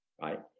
Right